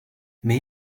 may